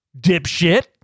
dipshit